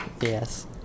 Yes